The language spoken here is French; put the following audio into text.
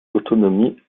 l’autonomie